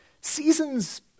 seasons